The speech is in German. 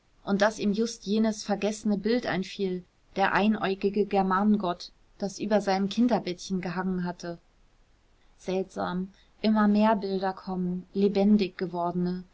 und daß ihm just jenes vergessene bild einfiel der einäugige germanengott das über seinem kinderbettchen gehangen hatte seltsam immer mehr bilder kommen lebendig gewordene